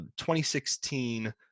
2016